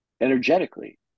Energetically